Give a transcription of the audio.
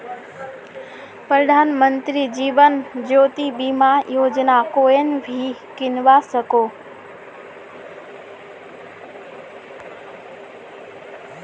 प्रधानमंत्री जीवन ज्योति बीमा योजना कोएन भी किन्वा सकोह